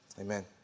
Amen